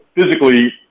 physically